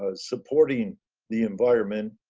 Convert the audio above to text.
ah supporting the environment,